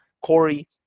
Corey